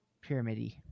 pyramid-y